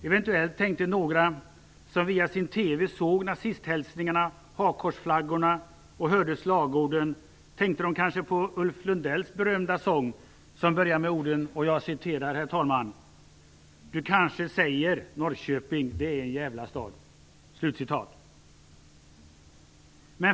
Eventuellt tänkte några, som via sin TV såg nazisthälsningarna, hakkorsflaggorna och hörde slagorden, på Ulf Lundells berömda sång som börjar med orden: "Du kanske säger Norrköping, det är en jävla stad."